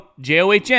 JOHN